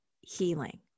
healing